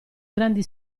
grandi